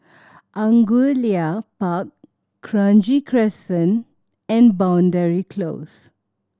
Angullia Park Kranji Crescent and Boundary Close